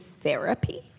therapy